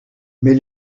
mais